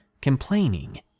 complaining